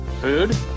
Food